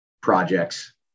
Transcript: projects